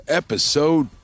episode